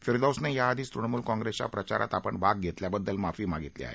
फिरदौसने याआधीच तृणमूल काँग्रेसच्या प्रचारात आपण भाग घेतल्याबद्दल माफी मागितली आहे